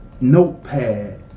notepad